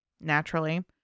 naturally